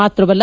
ಮಾತ್ರವಲ್ಲ